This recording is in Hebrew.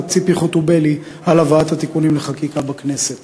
ציפי חוטובלי על הבאת התיקונים לחקיקה בכנסת.